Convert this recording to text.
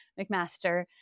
McMaster